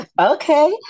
Okay